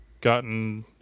gotten